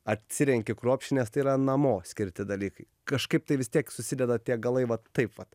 atsirenki kruopščiai nes tai yra namo skirti dalykai kažkaip tai vis tiek susideda tie galai vat taip vat